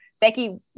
Becky